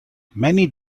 many